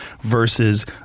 versus